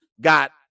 got